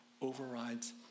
overrides